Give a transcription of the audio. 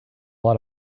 lot